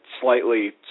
slightly